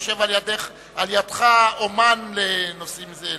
יושב לידך אמן בנושאים האלה.